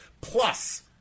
plus